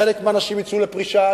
חלק מהאנשים יצאו לפרישה,